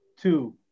two